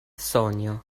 sonio